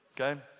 okay